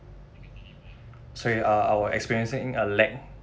sorry uh I was experiencing a lag